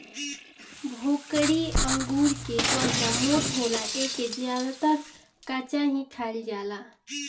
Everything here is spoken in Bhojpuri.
भोकरी अंगूर के त्वचा मोट होला एके ज्यादातर कच्चा ही खाईल जाला